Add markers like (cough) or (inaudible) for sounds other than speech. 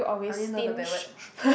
I only know the bad word (breath)